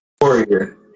Warrior